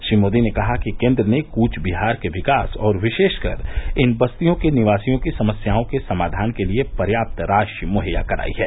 श्री मोदी ने कहा कि केंद्र ने कूचबिहार के विकास और विशेषकर इन बस्तियों के निवासियों की समस्याओं के समाधान के लिए पर्याप्त राशि मुहैया कराई है